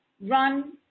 run